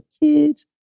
kids